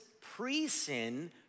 pre-sin